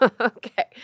Okay